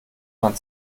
man